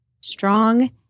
Strong